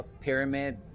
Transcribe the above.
pyramid